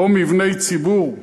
או מבני ציבור,